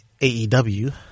AEW